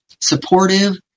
supportive